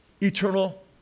eternal